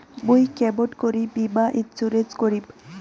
মুই কেমন করি বীমা ইন্সুরেন্স করিম?